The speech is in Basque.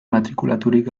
matrikulaturik